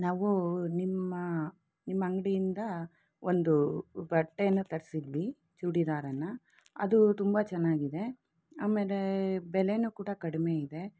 ನಾವು ನಿಮ್ಮ ನಿಮ್ಮ ಅಂಗಡಿಯಿಂದ ಒಂದು ಬಟ್ಟೇನ ತರಿಸಿದ್ವಿ ಚೂಡಿದಾರನ ಅದು ತುಂಬ ಚೆನ್ನಾಗಿದೆ ಆಮೇಲೆ ಬೆಲೆನೂ ಕೂಡ ಕಡಿಮೆ ಇದೆ